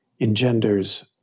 engenders